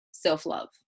self-love